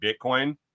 Bitcoin